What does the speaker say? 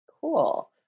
cool